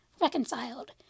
reconciled